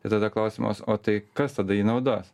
ir tada klausimas o tai kas tada jį naudos